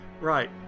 Right